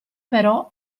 però